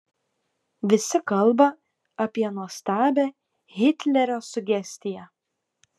visi kalba apie nuostabią hitlerio sugestiją